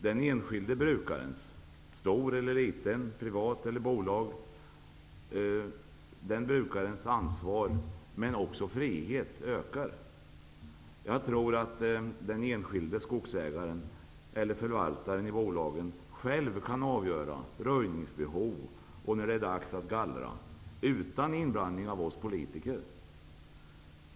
Den enskilde brukarens -- stor eller liten, privat eller bolag -- ansvar ökar, men också friheten. Jag tror att den enskilde skogsägaren eller förvaltaren i bolaget själv kan avgöra röjningsbehov och när det är dags att gallra utan inblandning av oss politiker.